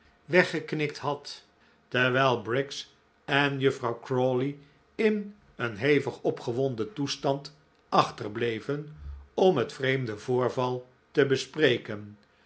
weggeknikt had terwijl briggs en juffrouw crawley in een hevig opgewonden toestand achterbleven om het vreemde voorval te bespreken